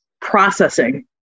processing